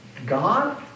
God